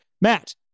Matt